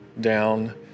down